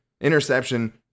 Interception